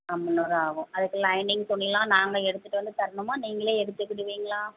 ஆ முந்நூறுபா ஆகும் அதுக்கு லைனிங் துணிலாம் நாங்கள் எடுத்துட்டு வந்து தரணுமா நீங்களே எடுத்துக்கிவீங்களா